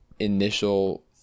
initial